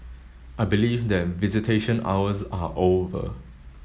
I believe that visitation hours are over